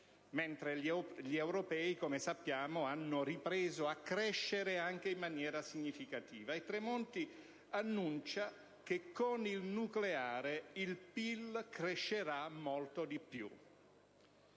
mentre gli europei - come sappiamo - hanno ripreso a crescere anche in maniera significativa: Tremonti annuncia che con il nucleare il PIL crescerà molto di più.